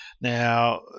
Now